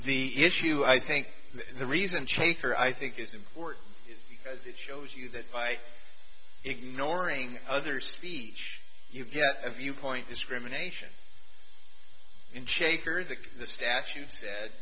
the issue i think the reason shaker i think is important because it shows you that by ignoring other speech you get a viewpoint discrimination in shaker that